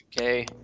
Okay